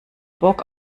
bock